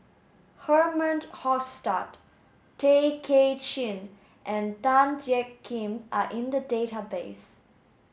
Herman Hochstadt Tay Kay Chin and Tan Jiak Kim are in the database